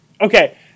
Okay